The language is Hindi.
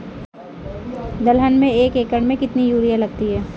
दलहन में एक एकण में कितनी यूरिया लगती है?